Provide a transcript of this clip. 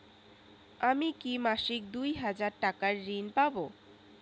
আমি কি মাসিক দুই হাজার টাকার ঋণ পাব?